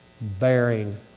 Bearing